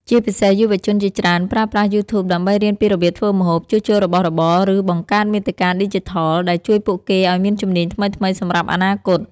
ជាពិសេសយុវជនជាច្រើនប្រើប្រាស់ យូធូប ដើម្បីរៀនពីរបៀបធ្វើម្ហូប ជួសជុលរបស់របរ ឬបង្កើតមាតិកាឌីជីថល ដែលជួយពួកគេឲ្យមានជំនាញថ្មីៗសម្រាប់អនាគត។